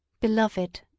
Beloved